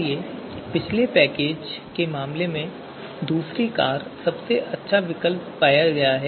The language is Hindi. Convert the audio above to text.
इसलिए पिछले पैकेज के मामले में दूसरी कार को सबसे अच्छा विकल्प पाया गया